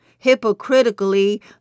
hypocritically